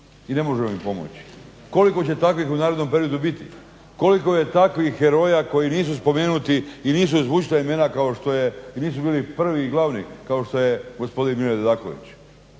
i ne možemo im pomoći. Koliko će takvih u narednom periodu biti? Koliko je takvih heroja koji nisu spomenuti i nisu zvučna imena i nisu bili prvi i glavni kao što je gospodin Mile Dedaković?